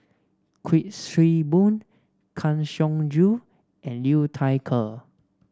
Kuik Swee Boon Kang Siong Joo and Liu Thai Ker